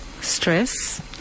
stress